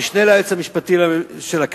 המשנה ליועץ המשפטי של הכנסת,